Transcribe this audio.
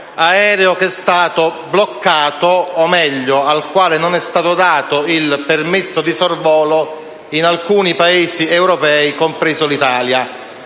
L'aereo è stato bloccato o, meglio, al velivolo non è stato concesso il permesso di sorvolo su alcuni Paesi europei, compresa l'Italia.